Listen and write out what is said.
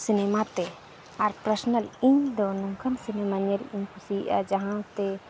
ᱛᱮ ᱟᱨ ᱤᱧᱫᱚ ᱱᱚᱝᱠᱟᱱ ᱧᱮᱞ ᱤᱧ ᱠᱩᱥᱤᱭᱟᱜᱼᱟ ᱡᱟᱦᱟᱸᱛᱮ